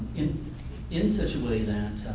in in such a way that